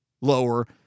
lower